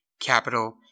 capital